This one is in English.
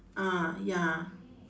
ah ya